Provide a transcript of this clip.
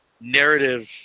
narrative